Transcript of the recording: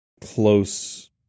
close